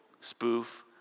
spoof